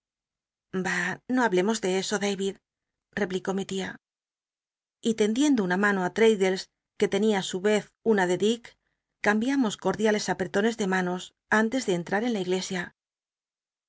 bah no hablemos de eso david replicó mi tia y tendiendo una mano i l'raddlcs que tenia ti su rez una de dick cambiamos cordiales apretones de manos antes de cnlta en la iglesia